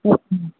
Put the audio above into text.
okay ma'am